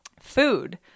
Food